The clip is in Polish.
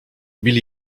bill